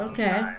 Okay